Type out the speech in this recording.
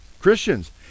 Christians